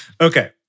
Okay